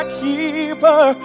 keeper